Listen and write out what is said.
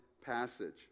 passage